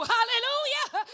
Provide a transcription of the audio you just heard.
Hallelujah